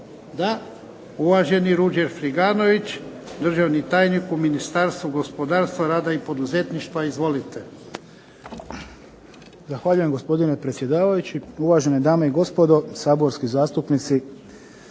Da. Uvaženi Ruđer Friganović, državni tajnik u Ministarstvu gospodarstva, rada i poduzetništva. Izvolite. **Friganović, Ruđer** Zahvaljujem gospodine predsjedavajući, uvažene dame i gospodo saborski zastupnici.